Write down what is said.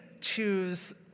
choose